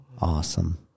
Awesome